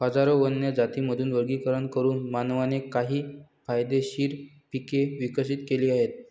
हजारो वन्य जातींमधून वर्गीकरण करून मानवाने काही फायदेशीर पिके विकसित केली आहेत